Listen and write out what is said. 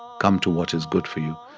come to what is good for you.